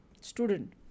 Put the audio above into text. student